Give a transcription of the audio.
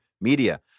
media